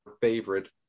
favorite